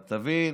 אבל תבין,